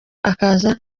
akaza